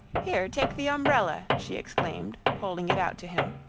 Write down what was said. here, take the umbrella, she exclaimed, holding it out to him.